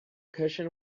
cushion